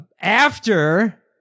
After-